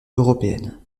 européenne